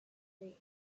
tree